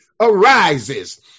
arises